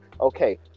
Okay